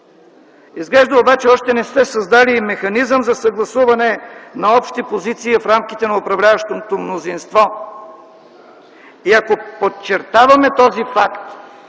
Изглежда обаче още не сте създали механизъм за съгласуване на общи позиции в рамките на управляващото мнозинство. И ако подчертаваме този факт,